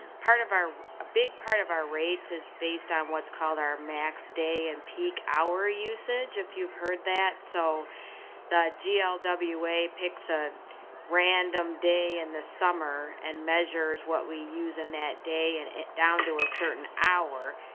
part of are a big part of our rates is based on what's called our max day and peak hour usage. if you've heard that. so the gl way picks a random day in the summer and measures what we use in that day and it down to a certain hour.